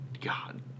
God